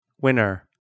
Winner